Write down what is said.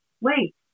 wait